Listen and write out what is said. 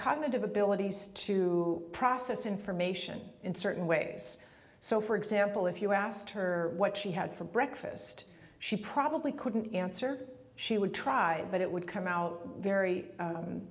cognitive abilities to process information in certain ways so for example if you asked her what she had for breakfast she probably couldn't answer she would try but it would come out very